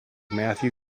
matthew